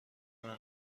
منه